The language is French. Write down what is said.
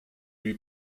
lui